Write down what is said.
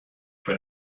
for